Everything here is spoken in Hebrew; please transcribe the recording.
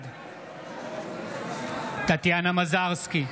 בעד טטיאנה מזרסקי,